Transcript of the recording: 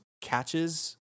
catches